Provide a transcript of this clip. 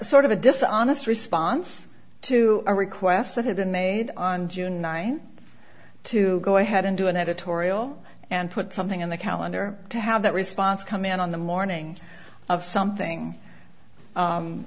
sort of a dishonest response to a request that had been made on june ninth to go ahead and do an editorial and put something on the calendar to have that response come in on the morning of something